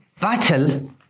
battle